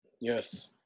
Yes